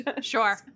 Sure